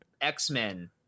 x-men